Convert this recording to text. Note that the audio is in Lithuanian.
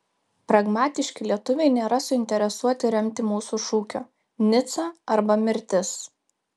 pragmatiški lietuviai nėra suinteresuoti remti mūsų šūkio nica arba mirtis